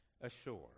ashore